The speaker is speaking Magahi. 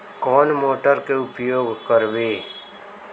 कौन मोटर के उपयोग करवे?